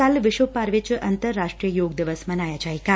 ਕੱਲੂ ਵਿਸ਼ਵ ਭਰ ਚ ਅੰਤਰ ਰਾਸ਼ਟਰੀ ਯੋਗ ਦਿਵਸ ਮਨਾਇਆ ਜਾਏਗਾ